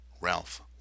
Ralph